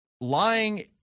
lying